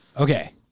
Okay